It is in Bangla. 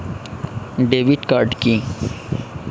ডেবিট কার্ড কি?